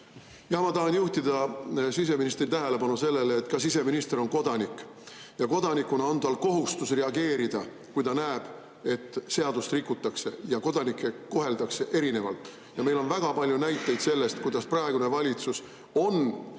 Ma tahan juhtida siseministri tähelepanu sellele, et ka siseminister on kodanik ja kodanikuna on tal kohustus reageerida, kui ta näeb, et seadust rikutakse ja kodanikke koheldakse erinevalt. Meil on väga palju näiteid sellest, kuidas praegune valitsus on